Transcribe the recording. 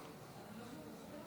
ערב עצוב.